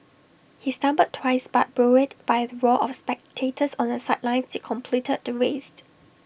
he stumbled twice but buoyed by the roar of spectators on the sidelines he completed the race